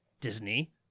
Disney